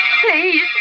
please